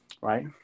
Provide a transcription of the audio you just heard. right